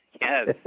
yes